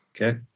okay